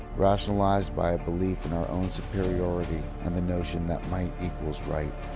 rationalised by a belief in our own superiority and the notion that might equals right.